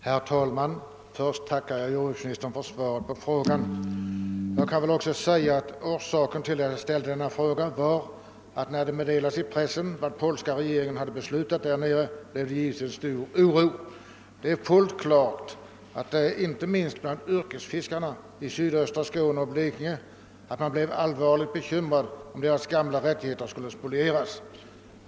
Herr talman! Jag tackar jordbruksministern för svaret på min fråga. Orsaken till att jag framställt denna fråga var att när det meddelades i pressen vad polska regeringen hade beslutat, så väckte detta stor oro. Inte minst yrkesfiskarna i sydöstra Skåne och Blekinge blev allvarligt bekymrade för att deras gamla rättigheter skulle spolieras.